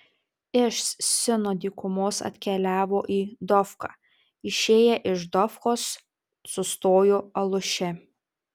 iš sino dykumos atkeliavo į dofką išėję iš dofkos sustojo aluše